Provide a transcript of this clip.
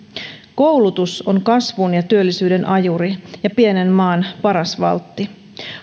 koulutus on kasvun ja työllisyyden ajuri ja pienen maan paras valtti